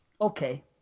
okay